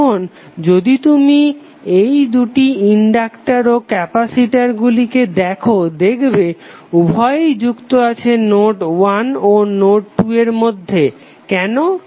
এখন যদি তুমি এই দুটি ইনডাক্টার ও ক্যাপাসিটর গুলিকে দেখো দেখবে উভয়েই যুক্ত আছে নোড 1 ও নোড 2 এর মধ্যে কেন